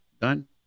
done